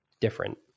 different